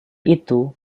itu